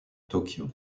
tokyo